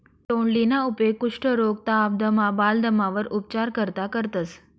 तोंडलीना उपेग कुष्ठरोग, ताप, दमा, बालदमावर उपचार करता करतंस